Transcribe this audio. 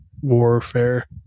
warfare